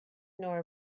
nor